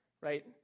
right